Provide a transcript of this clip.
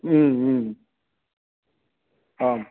आं